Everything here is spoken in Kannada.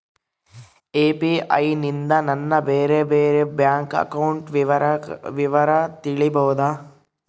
ಯು.ಪಿ.ಐ ನಿಂದ ನನ್ನ ಬೇರೆ ಬೇರೆ ಬ್ಯಾಂಕ್ ಅಕೌಂಟ್ ವಿವರ ತಿಳೇಬೋದ?